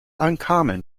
uncommon